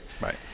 Right